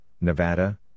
Nevada